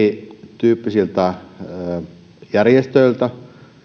erityyppisiltä järjestöiltä